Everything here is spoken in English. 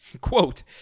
Quote